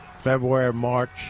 February-March